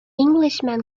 englishman